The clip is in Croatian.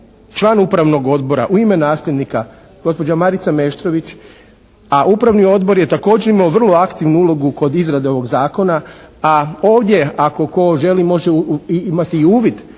član upravnog odbora u ime nasljednika gospođa Marica Meštrović, a upravni odbor je također imao vrlo aktivnu ulogu kod izrade ovog Zakona, a ovdje ako tko želi može i imati uvid